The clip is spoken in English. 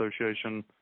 Association